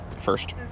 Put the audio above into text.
first